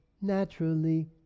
naturally